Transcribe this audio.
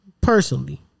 Personally